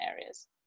areas